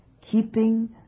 keeping